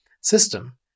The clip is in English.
system